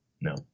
No